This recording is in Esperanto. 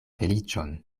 feliĉon